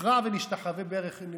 נכרע ברך ונשתחווה בפניכם.